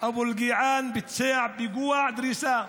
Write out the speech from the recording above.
אבו אלקיעאן ביצע פיגוע דריסה.